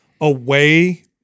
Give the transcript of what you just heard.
away